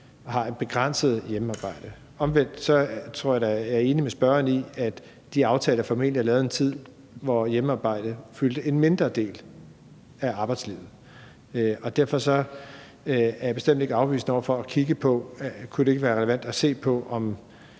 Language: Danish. har et begrænset hjemmearbejde. Omvendt tror jeg da, at jeg er enig med spørgeren i, at de aftaler formentlig er lavet i en tid, hvor hjemmearbejde fyldte en mindre del af arbejdslivet. Derfor er jeg bestemt ikke afvisende over for at kigge på, om det ikke kunne være relevant, hvis den